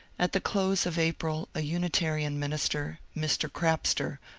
at the close of april a unitarian minister, mr. crapster,